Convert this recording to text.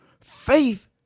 Faith